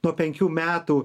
nuo penkių metų